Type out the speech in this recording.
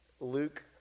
Luke